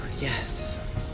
yes